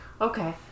Okay